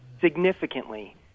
significantly